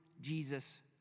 Jesus